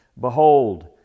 Behold